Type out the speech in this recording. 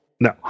No